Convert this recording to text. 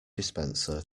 dispenser